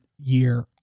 year